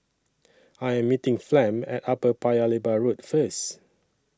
I Am meeting Flem At Upper Paya Lebar Road First